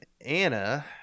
Anna